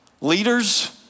Leaders